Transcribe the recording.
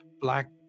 black